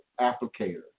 applicator